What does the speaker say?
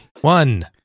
One